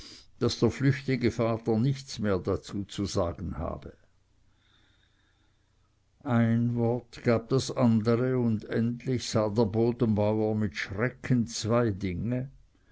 daß der flüchtige vater nichts mehr dazu zu sagen habe ein wort gab das andere und endlich sah der bodenbauer mit schrecken zwei dinge